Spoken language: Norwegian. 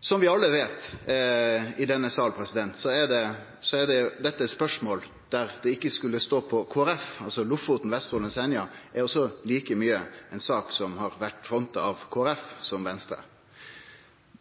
Som vi alle i denne salen veit, er dette eit spørsmål der det ikkje skulle stå på Kristeleg Folkeparti. Lofoten, Vesterålen og Senja er jo ei sak som like mykje har vore fronta av Kristeleg Folkeparti som av Venstre.